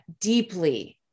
deeply